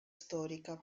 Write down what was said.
storica